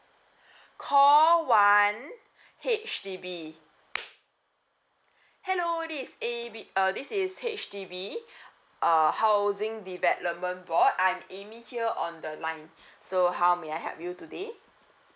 call one H_D_B hello this is A B uh this is H_D_B uh housing development board I'm amy here on the line so how may I help you today